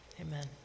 Amen